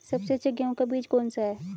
सबसे अच्छा गेहूँ का बीज कौन सा है?